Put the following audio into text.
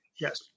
Yes